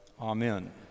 Amen